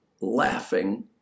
laughing